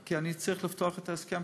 כי אני צריך לפתוח את ההסכם,